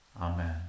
Amen